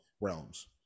realms